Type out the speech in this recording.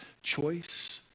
choice